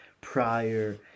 prior